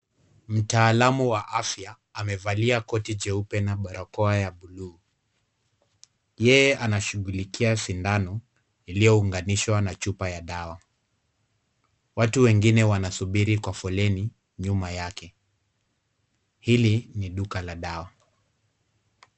Mtaalamu wa afya amevalia koti jeupe na barakoa ya buluu, yeye anashughulikia shindano iliyounganishwa na chupa ya dawa. Watu wengine wanasubiri kwa foleni nyuma yake. Hili ni duka la dawa.